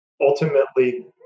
ultimately